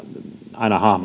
aina